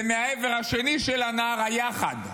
ומהעבר השני של הנהר, היחד,